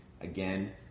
again